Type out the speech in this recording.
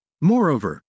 Moreover